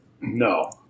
No